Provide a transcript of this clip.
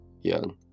young